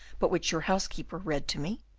but which your housekeeper read to me,